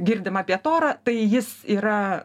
girdim apie torą tai jis yra